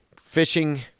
Fishing